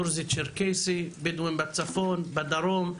דרוזים, צ'רקסים, בדואים בצפון ובדרום,